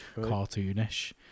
cartoonish